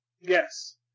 Yes